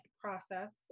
process